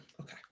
Okay